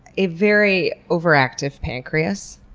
a very overactive pancreas.